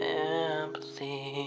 empathy